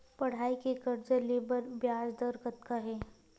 पढ़ई के कर्जा ले बर ब्याज दर कतका हे?